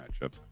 matchup